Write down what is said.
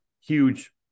huge